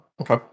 okay